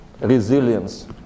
resilience